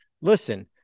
listen